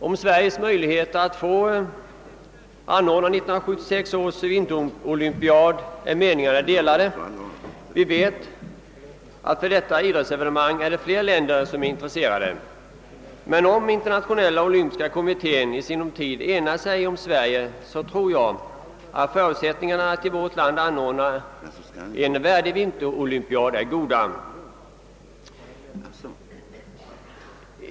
Om Sveriges möjligheter att få anordna 1976 års vinterolympiad är meningarna delade — vi vet att flera länder är intresserade av detta idrottsevenemang. Om Internationella olympiska kommittén i sinom tid enar sig om att acceptera Sverige som arrangör tror jag att förutsättningarna att i vårt land anordna en värdig vinterolympiad är goda.